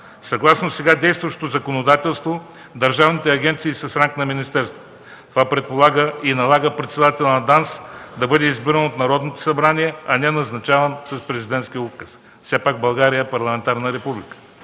Съгласно сега действащото законодателство държавните агенции са с ранг на министерство. Това предполага и налага председателят на ДАНС да бъде избиран от Народното събрание, а не назначаван с президентски указ. Все пак България е парламентарна република.